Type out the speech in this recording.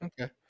Okay